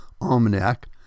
Almanac